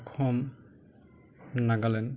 Assam Nagaland